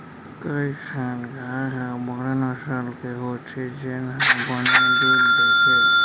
कई ठन गाय ह बड़े नसल के होथे जेन ह बने दूद देथे